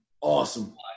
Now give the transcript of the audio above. Awesome